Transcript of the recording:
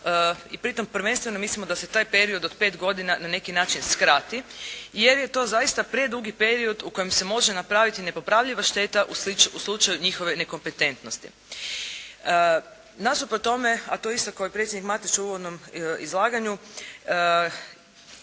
i pritom prvenstveno mislimo da se taj period od pet godina na neki način skrati jer je to zaista predugi period u kojem se može napraviti nepopravljiva šteta u slučaju njihove nekompetentnosti. Nasuprot tome a to je istakao i predsjednik Mateša u uvodnom izlaganju